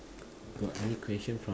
got any question for me